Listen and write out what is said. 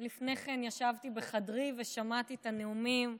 לפני כן ישבתי בחדרי ושמעתי את הנאומים,